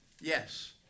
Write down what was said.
yes